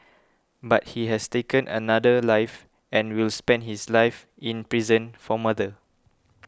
but he has taken another life and will spend his life in prison for murder